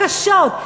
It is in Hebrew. קשות,